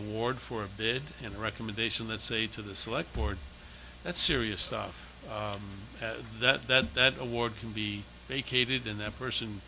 award for a bid and recommendation let's say to the select board that's serious stuff that that that award can be vacated and that person